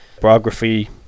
biography